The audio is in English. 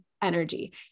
Energy